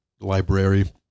library